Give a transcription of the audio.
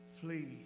flee